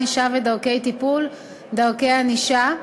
ענישה ודרכי טיפול) (דרכי ענישה),